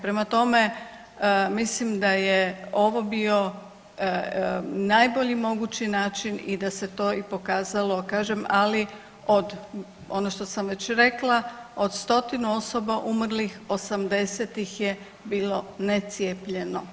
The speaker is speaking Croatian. Prema tome, mislim da je ovo bio najbolji mogući način i da se to i pokazalo kažem ali ono što sam već rekla od stotinu osoba umrlih 80 ih je bilo necijepljeno.